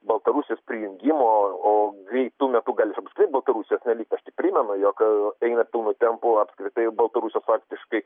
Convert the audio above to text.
baltarusijos prijungimo o greitu metu gali visa baltarusijos nelikt aš primenu jog eina pilnu tempu apskritai baltarusijos faktiškai